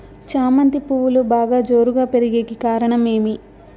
చామంతి పువ్వులు బాగా జోరుగా పెరిగేకి కారణం ఏమి?